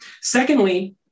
Secondly